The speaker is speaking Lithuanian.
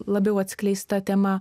labiau atskleista tema